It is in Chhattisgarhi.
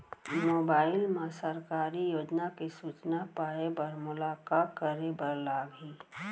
मोबाइल मा सरकारी योजना के सूचना पाए बर मोला का करे बर लागही